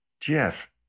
Jeff